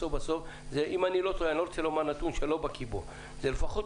אני לא רוצה לומר נתון שאני לא בקי בו זה לפחות